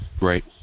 Right